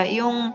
yung